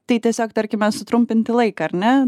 tai tiesiog tarkime sutrumpinti laiką ar ne